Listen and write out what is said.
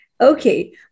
Okay